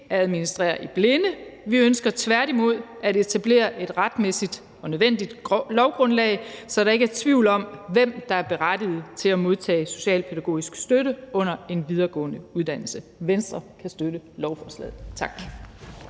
at administrere i blinde; vi ønsker tværtimod at etablere et retmæssigt og nødvendigt lovgrundlag, så der ikke er tvivl om, hvem der er berettiget til at modtage specialpædagogisk støtte under en videregående uddannelse. Venstre kan støtte lovforslaget. Tak.